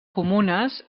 comunes